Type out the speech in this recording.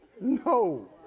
No